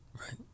right